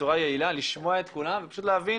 בצורה יעילה, לשמוע את כולם ופשוט להבין